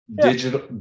Digital